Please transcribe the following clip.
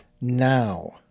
now